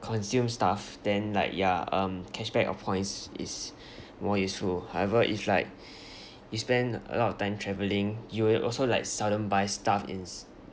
consume stuff then like ya um cashback or points is more useful however if like you spend a lot of time travelling you will also like seldom buy stuff in